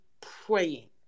praying